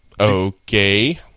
Okay